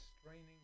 straining